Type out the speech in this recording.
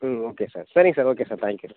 ம் okay sir சரிங் sir okay sir thank you sir